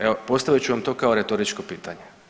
Evo postavit ću vam to kao retoričko pitanje.